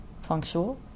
functional